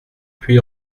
puy